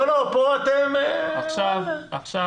כן